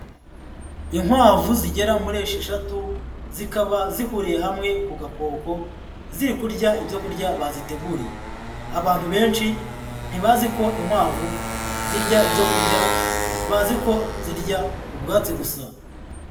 Inkwavu zigera muri esheshatu zikaba zihuriye hamwe ku gakoko ziri kurya ibyo kurya baziteguriye, abantu benshi ntibazi ko inkwavu zirya ibyo kurya bazi ko zirya ubwatsi gusa.